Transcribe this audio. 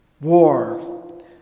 War